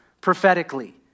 prophetically